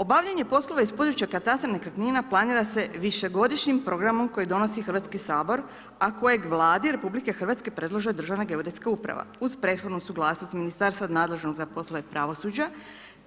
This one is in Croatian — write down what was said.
Obavljanje poslova iz područja katastra nekretnina planira se višegodišnjim programom koji donosi Hrvatski sabor a kojeg Vladi RH predlaže Državna geodetska uprava uz prethodnu suglasnost ministarstva nadležnog za poslove pravosuđa